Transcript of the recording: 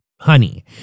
Honey